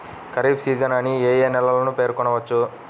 Kharif season అని ఏ ఏ నెలలను పేర్కొనవచ్చు?